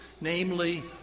namely